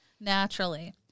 naturally